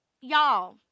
y'all